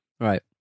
Right